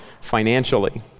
financially